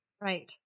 Right